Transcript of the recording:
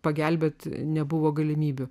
pagelbėti nebuvo galimybių